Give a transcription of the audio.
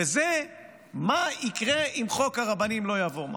וזה מה יקרה אם חוק הרבנים לא יעבור מחר.